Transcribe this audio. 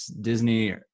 Disney –